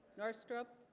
north strip